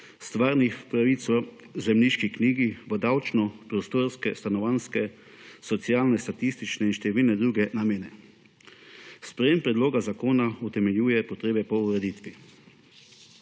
stvarnih pravic v zemljiški knjigi, in sicer za davčne, prostorske, stanovanjske, socialne, statistične in številne druge namene. Sprejetje predloga zakona utemeljuje potrebe po ureditvi: